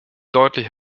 deutlich